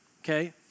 okay